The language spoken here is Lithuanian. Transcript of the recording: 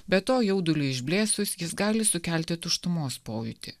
be to jauduliui išblėsus jis gali sukelti tuštumos pojūtį